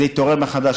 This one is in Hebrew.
זה התעורר מחדש.